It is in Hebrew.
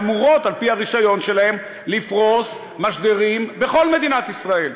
שאמורות על פי הרישיון שלהן לפרוס משדרים בכל מדינת ישראל?